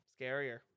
Scarier